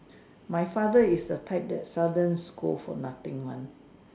my father is the type that sudden scold for nothing one